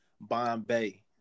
Bombay